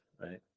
Right